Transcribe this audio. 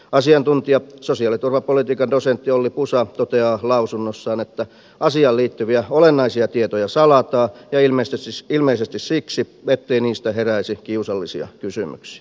asiantuntija sosiaaliturvapolitiikan dosentti olli pusa toteaa lausunnossaan että asiaan liittyviä olennaisia tietoja salataan ja ilmeisesti siksi ettei niistä heräisi kiusallisia kysymyksiä